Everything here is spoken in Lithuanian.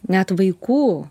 net vaikų